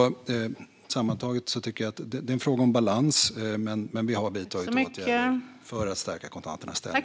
Sammantaget tycker jag att det är en fråga om balans. Men vi har alltså vidtagit åtgärder för att stärka kontanternas ställning.